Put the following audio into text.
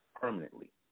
permanently